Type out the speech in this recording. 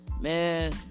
Man